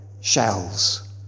shells